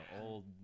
old